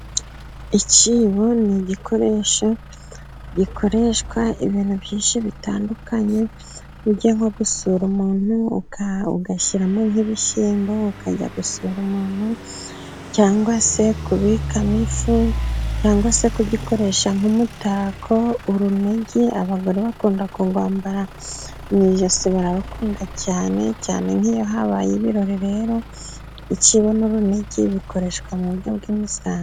Icyibo ni igikoresho gikoreshwa ibintu byinshi bitandukanye: ugiye nko gusura umuntu ugashyiramo nk'ibishyimbo, ukajya gusura umuntu cyangwa se kubikamo ifu, cyangwa se kugikoresha nk'umutako. Urunigi abagore bakunda kurwambara mu ijosi, bararukunda cyane cyane nk'iyo habaye ibirori. Rero icyibo n'urunigi bikoreshwa mu buryo bw'imisango.